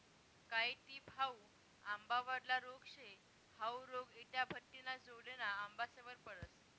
कायी टिप हाउ आंबावरला रोग शे, हाउ रोग इटाभट्टिना जोडेना आंबासवर पडस